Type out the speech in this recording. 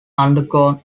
undergone